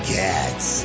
cats